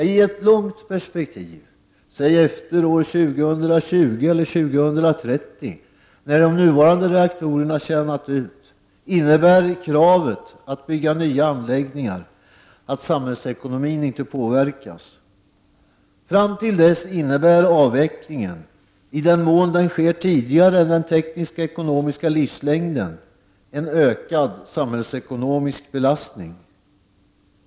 I ett långt perspektiv, efter år 2020 eller 2030 när de nuvarande reaktorerna har tjänat ut, innebär inte kravet att bygga nya anläggningar att samhällsekonomin påverkas. Fram till dess innebär avvecklingen, i den mån den sker tidigare än den teknisk-ekonomiska livslängden, en ökad samhällsekonomisk belastning.